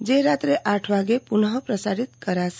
જે રાત્રે આઠ વાગે પુનઃ પ્રસારિત કરાશે